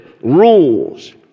rules